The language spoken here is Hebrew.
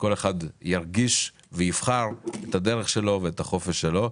שכל אחד ירגיש ויבחר את הדרך שלו ואת החופש שלו.